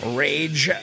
rage